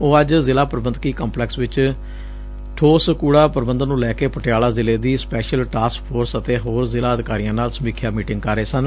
ਉਹ ਅੱਜ ਜ਼ਿਲ੍ਹਾ ਪ੍ਰਬੰਧਕੀ ਕੰਪਲੈਕਸ ਵਿਖੇ ਠੋਸ ਕੁੜਾ ਪ੍ਰਬੰਧਨ ਨੂੰ ਲੈਕੇ ਪਟਿਆਲਾ ਜ਼ਿਲੇ ਦੀ ਸਪੈਸ਼ਲ ਟਾਸਕ ਫੋਰਸ ਅਤੇ ਹੋਰ ਜ਼ਿਲ੍ਹਾ ਅਧਿਕਾਰੀਆਂ ਨਾਲ ਸਮੀਖਿਆ ਮੀਟਿੰਗ ਕਰ ਰਹੇ ਸਨ